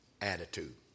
attitude